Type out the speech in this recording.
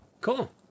Cool